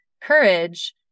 courage